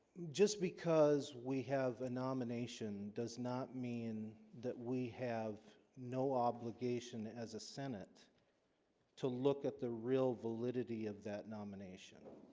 just because we have a nomination does not mean that we have no obligation as a senate to look at the real validity of that nomination